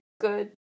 good